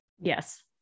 Yes